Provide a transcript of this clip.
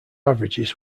averages